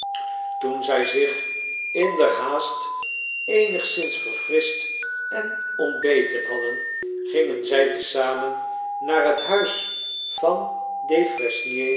toen zy zich inderhaast eenigszins verfrischt en ontbeten hadden gingen zy te zamen naar het huis van